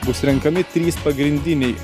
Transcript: bus renkami trys pagrindiniai